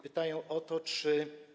Pytają o to, czy.